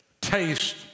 taste